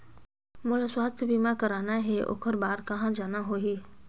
मोला स्वास्थ बीमा कराना हे ओकर बार कहा जाना होही?